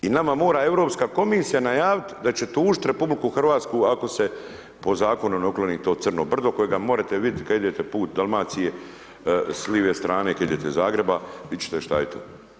I nama mora Europska komisija najvit da će tužit RH ako se po zakonu ne ukloni to crno brdo kojega morete vidit kada idete put Dalmacije s live strane kad idete iz Zagreba, vid ćete šta je to.